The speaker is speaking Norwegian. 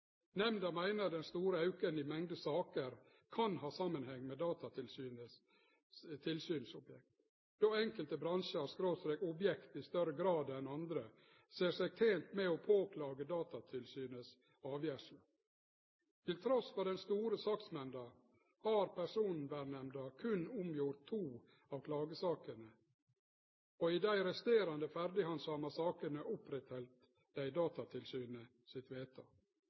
Nemnda meiner den store auken kan ha samanheng med Datatilsynets tilsynsobjekt, då enkelte bransjar/objekt i større grad enn andre ser seg tente med å påklage Datatilsynets avgjersler. Trass i den store saksmengda har Personvernnemnda berre omgjort to av klagesakene. I dei resterande ferdighandsama sakene opprettheldt dei Datatilsynet sitt